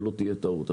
שלא תהיה טעות.